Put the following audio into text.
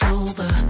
Sober